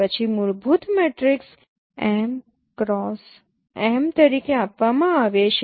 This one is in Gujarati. પછી મૂળભૂત મેટ્રિક્સ mXM તરીકે આપવામાં આવે છે